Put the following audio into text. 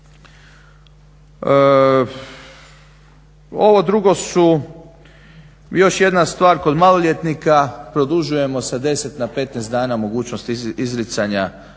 Ovo drugo su, i još jedna stvar kod maloljetnika produžujemo sa 10 na 15 dana mogućnost izricanja kazne maloljetničkog